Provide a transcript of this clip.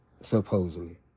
supposedly